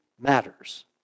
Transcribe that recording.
matters